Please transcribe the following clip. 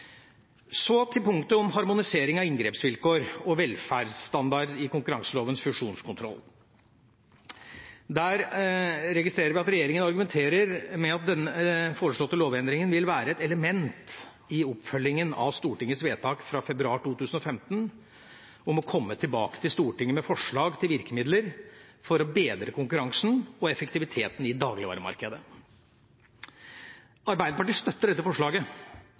Så til punktet om harmonisering av inngrepsvilkår og velferdsstandarder i konkurranselovens fusjonskontroll. Der registrerer vi at regjeringa argumenterer med at den foreslåtte lovendringa vil være et element i oppfølginga av Stortingets vedtak fra februar 2015 om å komme tilbake til Stortinget med forslag til virkemidler for å bedre konkurransen og effektiviteten i dagligvaremarkedet. Arbeiderpartiet støtter dette forslaget,